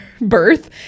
birth